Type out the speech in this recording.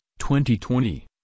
2020